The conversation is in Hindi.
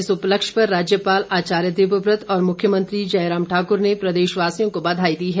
इस उपलक्ष्य पर राज्यपाल आचार्य देवव्रत और मुख्यमंत्री जयराम ठाकुर ने प्रदेशवासियों को बधाई दी है